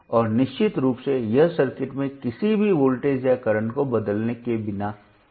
और निश्चित रूप से यह सर्किट में किसी भी वोल्टेज या करंट को बदलने के बिना है